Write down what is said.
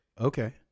Okay